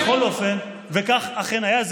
בכל אופן, כך אכן היה.